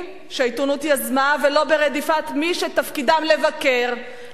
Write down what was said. שהעיתונות יזמה ולא ברדיפת מי שתפקידם לבקר,